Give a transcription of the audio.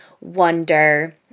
wonder